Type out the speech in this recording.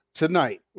tonight